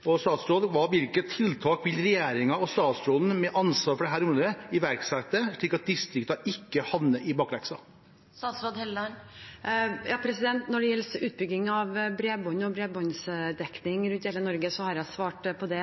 Hvilke tiltak vil regjeringen og statsråden med ansvar for dette området iverksette, slik at distriktene ikke havner i bakleksa? Når det gjelder utbygging av bredbånd og bredbåndsdekning i hele Norge, har jeg svart på det